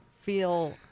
feel